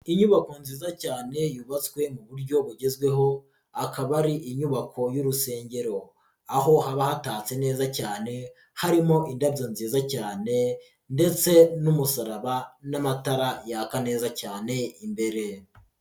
Inyubako nziza cyane yubatswe mu buryo bugezweho akaba ari inyubako y'urusengero aho haba hatatse neza cyane harimo indabyo nziza cyane ndetse n'umusaraba n'amatara yaka neza cyane imbere.